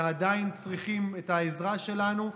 שעדיין צריכים את העזרה שלנו,